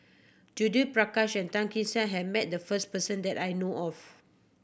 Judith Prakash and Tan Kee Sek has met the first person that I know of